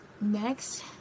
Next